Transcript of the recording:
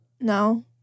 No